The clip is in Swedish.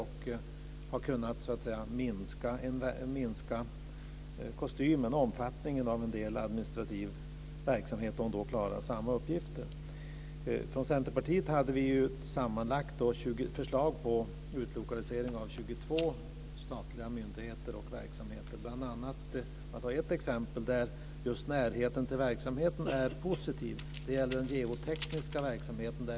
Man har kunnat minska kostymen, omfattningen, av en del administrativ verksamhet och ändå klarat samma uppgifter. Vi i Centerpartiet hade förslag på utlokalisering av 22 statliga myndigheter och verksamheter. Ett exempel där just närheten till verksamheten är positiv gäller den geotekniska verksamheten.